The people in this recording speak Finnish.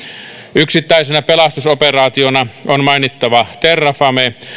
yksittäisenä pelastusoperaationa on mainittava terrafame